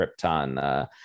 Krypton